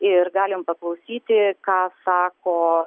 ir galim paklausyti ką sako